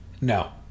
No